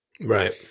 Right